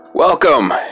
Welcome